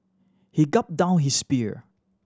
he gulped down his beer